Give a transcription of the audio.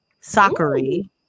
Sakari